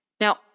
Now